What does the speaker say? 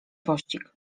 pościg